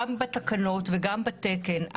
גם בתקנות וגם בתקן.